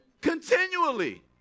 Continually